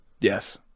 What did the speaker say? Yes